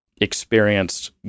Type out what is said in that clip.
experienced